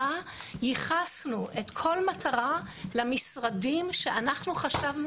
ובה ייחסנו כל מטרה למשרדים שאנחנו חשבנו